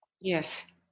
Yes